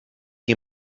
qui